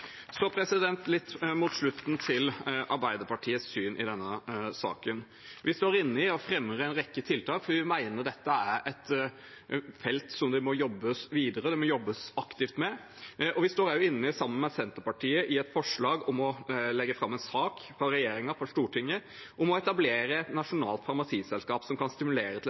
litt mot slutten til Arbeiderpartiets syn i denne saken. Vi står inne i merknader og fremmer en rekke forslag til tiltak, for vi mener dette er et felt det må jobbes videre på og det må jobbes aktivt med. Vi har også et forslag sammen med Senterpartiet om at regjeringen legger fram en sak for Stortinget om å etablere et nasjonalt farmasiselskap som kan stimulere til